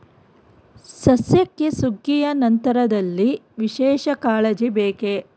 ಸಸ್ಯಕ್ಕೆ ಸುಗ್ಗಿಯ ನಂತರದಲ್ಲಿ ವಿಶೇಷ ಕಾಳಜಿ ಬೇಕೇ?